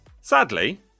Sadly